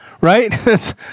right